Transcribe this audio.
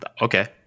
okay